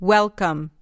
Welcome